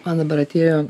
man dabar atėjo